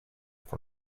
for